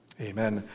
Amen